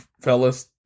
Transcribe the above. fellas